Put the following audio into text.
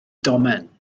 domen